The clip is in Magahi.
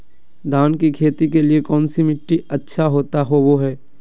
धान की खेती के लिए कौन मिट्टी अच्छा होबो है?